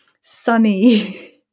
sunny